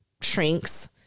shrinks